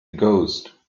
ghost